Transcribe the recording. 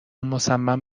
مصمم